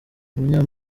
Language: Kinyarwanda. umunya